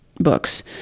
books